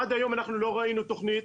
עד היום לא ראינו תכנית,